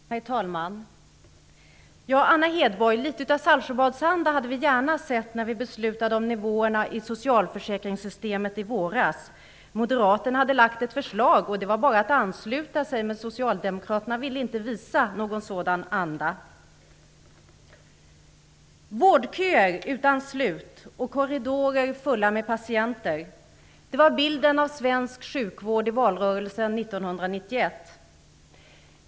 Herr talman! Ja, Anna Hedborg, litet av Saltsjöbadsanda hade vi gärna sett när vi fattade beslut om nivåerna i socialförsäkringssystemet i våras. Moderaterna hade lagt fram ett förslag som det bara var att ansluta sig till. Men Socialdemokraterna ville inte visa någon sådan anda. Vårdköer utan slut och korridorer fulla med patienter. Det var bilden av svensk sjukvård i valrörelsen 1991.